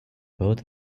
both